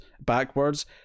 backwards